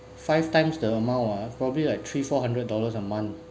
five times the amount ah probably like three four hundred dollars a month